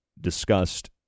discussed